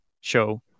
show